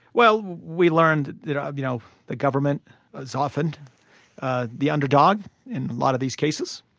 well, we learned the um you know the government is often ah the underdog in a lot of these cases,